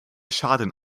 schaden